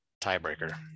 tiebreaker